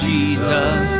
Jesus